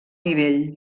nivell